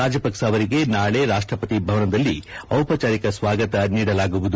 ರಾಜಪಕ್ಷ ಅವರಿಗೆ ನಾಳೆ ರಾಷ್ಟಪತಿ ಭವನದಲ್ಲಿ ಔಪಚಾರಿಕ ಸ್ನಾಗತ ನೀಡಲಾಗುವುದು